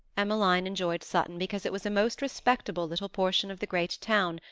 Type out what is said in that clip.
emmeline enjoyed sutton because it was a most respectable little portion of the great town,